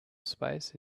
space